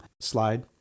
Slide